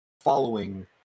following